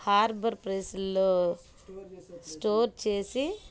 harbour ప్రెస్లో store చేసి